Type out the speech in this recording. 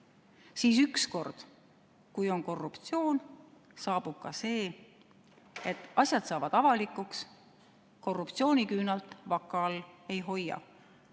siis ükskord, kui on korruptsioon, saabub ka see, et asjad saavad avalikuks. Korruptsiooniküünalt vaka all ei hoia.